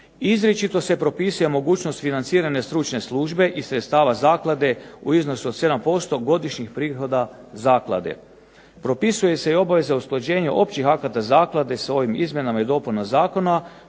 Izričito se propisuje mogućnost financirane stručne službe iz sredstava zaklade u iznosu od 7% godišnjih prihoda zaklade. Propisuje se i obaveza usklađenja općih akata zaklade sa ovim izmjenama i dopunama zakona